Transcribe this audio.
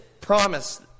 promise